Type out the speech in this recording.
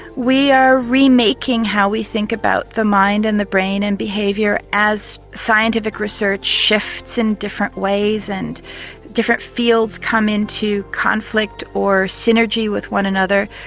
we are remaking how we think about the mind and the brain and behaviour as scientific research shifts in different ways and different fields come into conflict or synergy with one another.